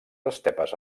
estepes